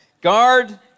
Guard